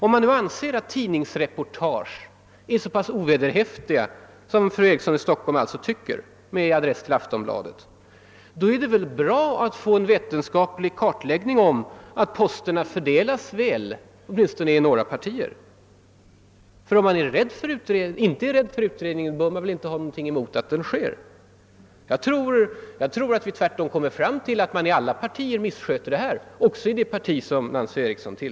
Om man nu anser att tidningsreportage är så ovederhäftiga som Nancy Eriksson säger med adress till Aftonbladet är det väl bra att få en vetenskaplig kartläggning som visar att posterna fördelas väl, åtminstone i vissa partier. Om man inte är rädd för en utredning, bör man väl inte ha någonting emot att den företas. Jag tror dock att det kommer att framgå att alla partier, också Nancy Erikssons, missköter denna sak.